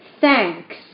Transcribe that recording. thanks